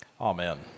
Amen